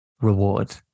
reward